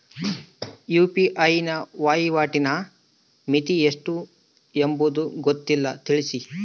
UPI ವಹಿವಾಟಿನ ಮಿತಿ ಎಷ್ಟು ಎಂಬುದು ಗೊತ್ತಿಲ್ಲ? ತಿಳಿಸಿ?